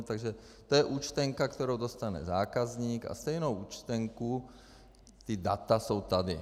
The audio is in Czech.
Takže to je účtenka, kterou dostane zákazník, a stejnou účtenku ta data jsou tady.